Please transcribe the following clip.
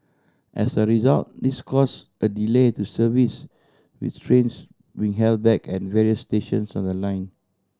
as a result this cause a delay to service with trains being held back at various stations on the line